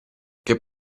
che